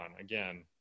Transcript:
again